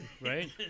Right